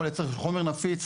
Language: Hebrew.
יכול לייצר חומר נפיץ,